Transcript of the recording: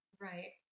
right